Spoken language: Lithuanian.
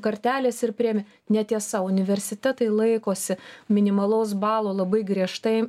kartelės ir priėmė netiesa universitetai laikosi minimalaus balo labai griežtai